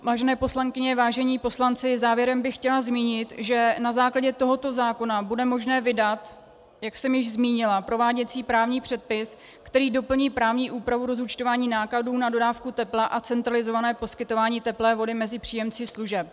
Vážené poslankyně, vážení poslanci, závěrem bych chtěla zmínit, že na základě tohoto zákona bude možné vydat, jak jsem již zmínila, prováděcí právní předpis, který doplní právní úpravu rozúčtování nákladů na dodávku tepla a centralizované poskytování teplé vody mezi příjemci služeb.